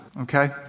okay